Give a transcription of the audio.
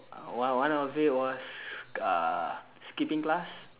one one of it was uh skipping class